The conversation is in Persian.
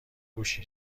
کوشی